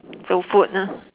so food lah